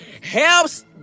helps